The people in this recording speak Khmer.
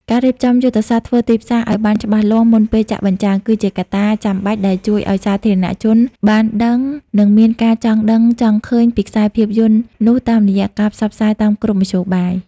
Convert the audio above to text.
ការរៀបចំយុទ្ធសាស្ត្រធ្វើទីផ្សារឱ្យបានច្បាស់លាស់មុនពេលចាក់បញ្ចាំង គឺជាកត្តាចាំបាច់ដែលជួយឱ្យសាធារណជនបានដឹង និងមានការចង់ដឹងចង់ឃើញពីខ្សែភាពយន្តនោះតាមរយៈការផ្សព្វផ្សាយតាមគ្រប់មធ្យោបាយ។